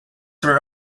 were